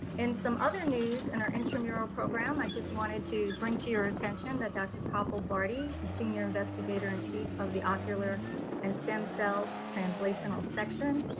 in some other news in our our intramural program, i just wanted to bring to your attention that dr. kapil bharti, a senior investigator and chief of the ocular and stem cell translatiol section,